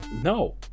No